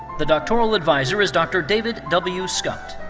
the doctoral adviser is dr. david w. scott.